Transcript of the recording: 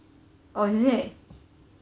oh is it